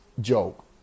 joke